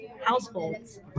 households